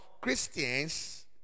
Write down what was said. Christians